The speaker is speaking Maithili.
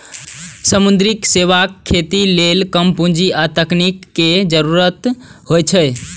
समुद्री शैवालक खेती लेल कम पूंजी आ तकनीक के जरूरत होइ छै